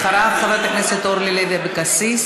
אחריו, חברת הכנסת אורלי אבקסיס.